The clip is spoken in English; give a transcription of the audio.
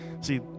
see